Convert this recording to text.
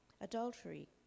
adultery